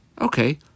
Okay